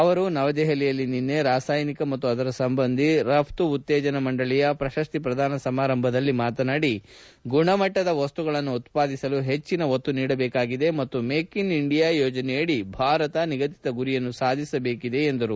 ಅವರು ನವದೆಹಲಿಯಲ್ಲಿ ನಿನ್ನೆ ರಾಸಾಯನಿಕ ಮತ್ತು ಅದರ ಸಂಬಂಧಿ ರಫ್ತು ಉತ್ತೇಜನ ಮಂಡಳಿಯ ಕ್ಯಾಪೆಕ್ಸೆಲ್ ಪ್ರಶಸ್ತಿ ಪ್ರದಾನ ಸಮಾರಂಭವನ್ನು ಉದ್ದೇಶಿಸಿ ಮಾತನಾದಿ ಗುಣಮಟ್ಟದ ವಸ್ತುಗಳನ್ನು ಉತ್ಪಾದಿಸಲು ಹೆಚ್ಚಿನ ಒತ್ತು ನೀಡಬೇಕಾಗಿದೆ ಮತ್ತು ಮೇಕ್ ಇನ್ ಇಂಡಿಯಾ ಯೋಜನೆಯಡಿ ಭಾರತ ನಿಗದಿತ ಗುರಿಯನ್ನು ಸಾಧಿಸಬೇಕಿದೆ ಎಂದರು